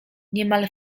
niemal